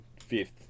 Fifth